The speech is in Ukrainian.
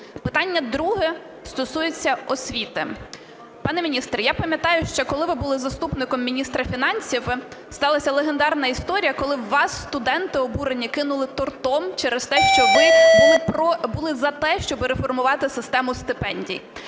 Питання друге стосується освіти. Пане міністре, я пам'ятаю, що коли ви були заступником міністра фінансів, сталася легендарна історія, коли в вас студенти обурені кинули тортом через те, що ви були за те, щоб реформувати систему стипендій.